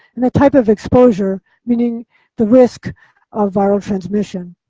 and the type of exposure, meaning the risk of viral transmission.